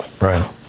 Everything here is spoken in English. Right